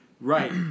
right